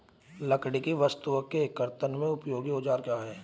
लकड़ी की वस्तु के कर्तन में उपयोगी औजार क्या हैं?